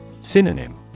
Synonym